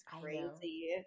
crazy